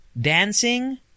dancing